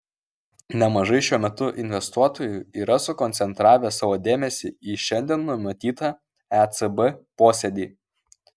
nemažai šiuo metu investuotojų yra sukoncentravę savo dėmesį į šiandien numatytą ecb posėdį